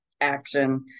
action